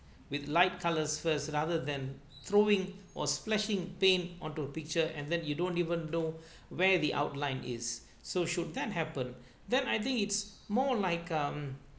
with light colours first rather than throwing or splashing paint onto a picture and then you don't even know where the outline is so should that happen then I think it's more like um